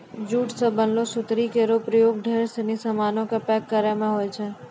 jute सें बनलो सुतरी केरो प्रयोग ढेरी सिनी सामानो क पैक करय म होय छै